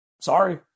Sorry